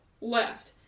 left